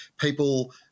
people